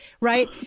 right